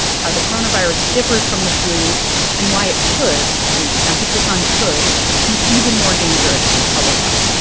how the coronavirus differs from the flu and why it could and emphasis on could be even more dangerous to public health